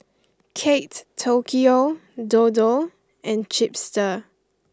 Kate Tokyo Dodo and Chipster